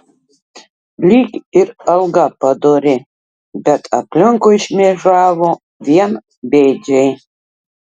lyg ir alga padori bet aplinkui šmėžavo vien bėdžiai